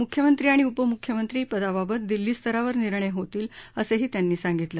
मुख्यमंत्री आणि उपमुख्यमंत्री पदाबाबत दिल्ली स्तरावर निर्णय होतील असंही त्यांनी सांगितलं